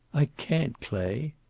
i can't clay!